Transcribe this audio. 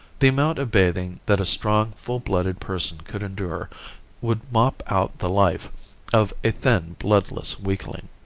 the amount of bathing that a strong, full-blooded person could endure would mop out the life of a thin, bloodless weakling.